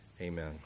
Amen